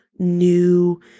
new